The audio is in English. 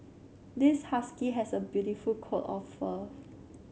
this husky has a beautiful coat of fur